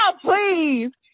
please